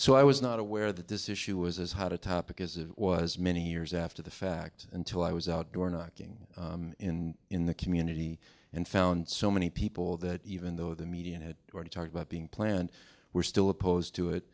so i was not aware that this issue was as hot a topic as it was many years after the fact until i was out door knocking in in the community and found so many people that even though the media had already talked about being planned we're still opposed to it